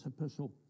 epistle